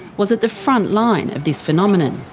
was at the front line of this phenomenon.